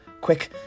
quick